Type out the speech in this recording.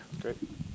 Great